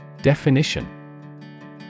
Definition